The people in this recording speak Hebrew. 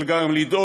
אלא גם לדאוג,